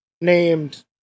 named